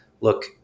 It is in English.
look